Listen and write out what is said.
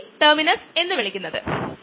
മൂന്നാമത്തേത് uncompetitive inhibition